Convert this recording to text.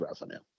revenue